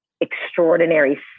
extraordinary